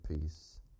peace